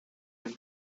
him